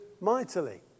mightily